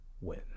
win